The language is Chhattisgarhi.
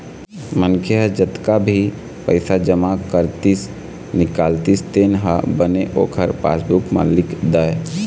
मनखे ह जतका भी पइसा जमा करतिस, निकालतिस तेन ह बने ओखर पासबूक म लिख दय